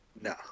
No